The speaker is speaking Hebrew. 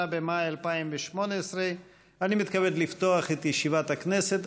28 במאי 2018. אני מתכבד לפתוח את ישיבת הכנסת.